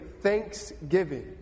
Thanksgiving